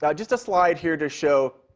yeah just a slide here to show,